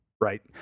right